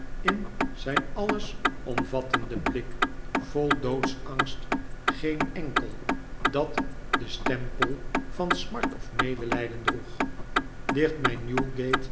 in zijn allesomvattenden blik vol doodsangst geen enkel dat den stempel van smart of medelijden droeg